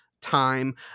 time